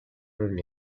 reunión